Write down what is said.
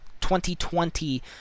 2020